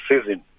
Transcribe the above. season